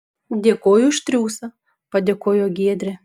dėkoju už triūsą padėkojo giedrė